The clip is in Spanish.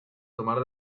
tomar